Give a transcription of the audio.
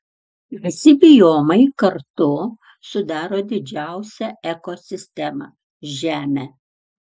visi biomai kartu sudaro didžiausią ekosistemą žemę